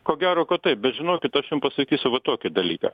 ko gero kad taip bet žinokit aš jum pasakysiu va tokį dalyką